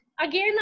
Again